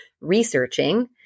researching